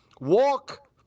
Walk